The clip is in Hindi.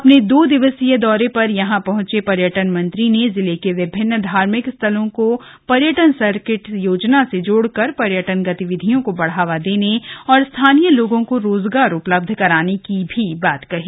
अपने दो दिवसीय दौरे पर यहां पहुँचे पर्यटन मंत्री ने जिले के विभिन्न धार्मिक स्थलों को पर्यटन सर्किट योजना से जोड़कर पर्यटक गतिविधियों को बढ़ाने और स्थानीय लोगो को रोजगार उपलब्ध कराने की बात भी कही